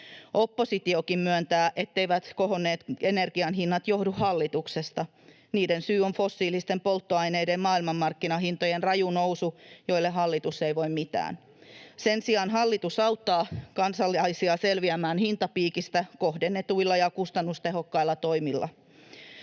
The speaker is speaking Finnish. Oppositiokin myöntää, etteivät kohonneet energianhinnat johdu hallituksesta. Niiden syy on fossiilisten polttoaineiden maailmanmarkkinahintojen raju nousu, joille hallitus ei voi mitään. Sen sijaan hallitus auttaa kansalaisia selviämään hintapiikistä kohdennetuilla ja kustannustehokkailla toimilla.